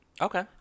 Okay